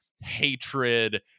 hatred